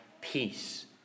peace